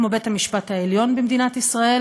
כמו בית-המשפט העליון במדינת ישראל,